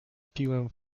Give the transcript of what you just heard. piłem